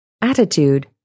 Attitude